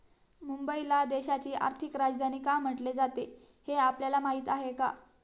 मुंबईला देशाची आर्थिक राजधानी का म्हटले जाते, हे आपल्याला माहीत आहे का?